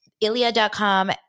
Ilia.com